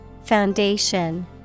Foundation